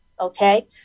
okay